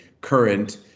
current